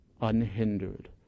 unhindered